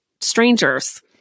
strangers